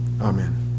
Amen